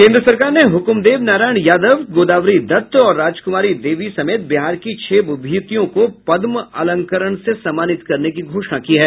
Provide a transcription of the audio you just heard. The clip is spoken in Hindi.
केंद्र सरकार ने हक्म देव नारायण यादव गोदावरी दत्त और राजक्मारी देवी समेत बिहार की छह विभूतियों को पदम अलंकरण से सम्मनित करने की घोषणा की है